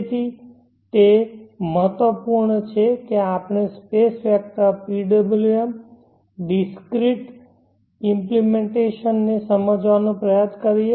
તેથી તે મહત્વપૂર્ણ છે કે આપણે space vector PWM discrete implementation ને સમજવાનો પ્રયાસ કરીએ